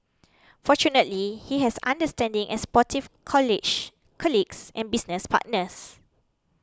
fortunately he has understanding and supportive college colleagues and business partners